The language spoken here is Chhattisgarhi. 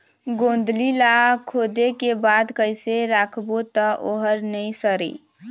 गोंदली ला खोदे के बाद कइसे राखबो त ओहर नई सरे?